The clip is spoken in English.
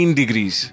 degrees